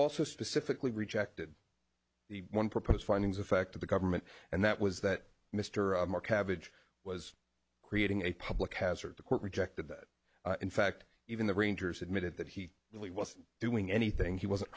also specifically rejected the one proposed findings of fact of the government and that was that mr moore cabbage was creating a public hazard the court rejected that in fact even the rangers admitted that he really wasn't doing anything he wasn't